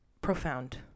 profound